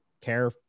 care